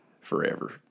forever